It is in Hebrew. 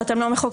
שאתם לא מחוקקים.